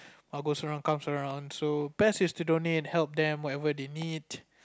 are goes round best is to donate help them whatever they need